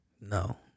No